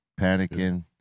panicking